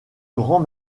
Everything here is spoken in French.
grand